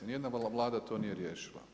Niti jedna Vlada to nije riješila.